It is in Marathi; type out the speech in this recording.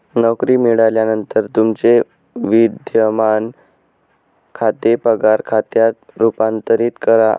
नोकरी मिळाल्यानंतर तुमचे विद्यमान खाते पगार खात्यात रूपांतरित करा